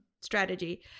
strategy